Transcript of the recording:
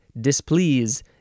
displease